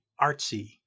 artsy